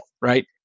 right